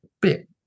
bit